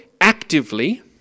actively